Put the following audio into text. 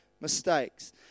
mistakes